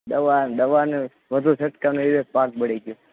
દવા દવાનો વધુ છંટકાવ લીધે પાક બળી ગયો